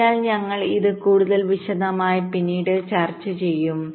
അതിനാൽ ഞങ്ങൾ ഇത് കൂടുതൽ വിശദമായി പിന്നീട് ചർച്ച ചെയ്യും